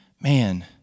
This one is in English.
man